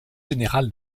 générale